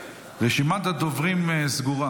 רשימת הדוברים סגורה,